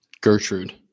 Gertrude